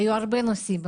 היו הרבה נושאים,